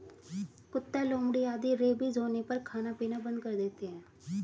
कुत्ता, लोमड़ी आदि रेबीज होने पर खाना पीना बंद कर देते हैं